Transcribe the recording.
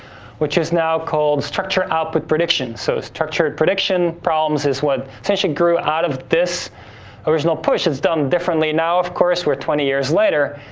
which is now called structure output predictions. so, structured prediction problems is what essentially grew out of this original push. it'd done differently now of course. we're twenty years later,